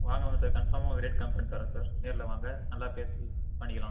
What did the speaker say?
வாங்க வாங்க சார் கன்ஃபார்மாக உங்களுக்கு ரேட் கம்மி பண்ணி தர்றேன் சார் நேரில் வாங்க நல்லா பேசி பண்ணிக்கலாம்